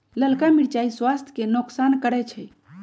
ललका मिरचाइ स्वास्थ्य के नोकसान करै छइ